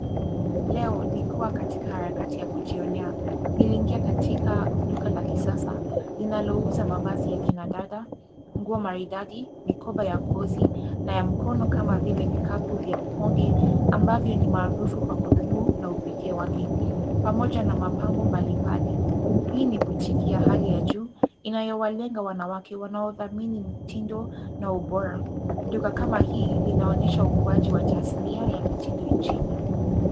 Leo nikiwa katika harakati ya kujionea, niliingia katika duka la kisasa linalouza mavazi ya kina dada, nguo maridadi, mikoba ya ngozi na ya mkono kama vile vikapu vya mkonge ambavyo ni maarufu kwa kudumu na upekee wake pamoja na mapambo mbalimbali. Hii ni botiki ya hali ya juu inayowalenga wanawake wanaodhamini mtindo na ubora. Duka kama hii linaonyesha ukuaji wa tasnia ya mitindo nchini.